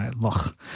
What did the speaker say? Look